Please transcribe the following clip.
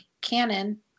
canon